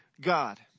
God